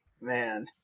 man